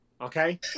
Okay